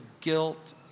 guilt